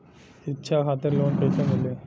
शिक्षा खातिर लोन कैसे मिली?